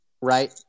Right